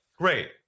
Great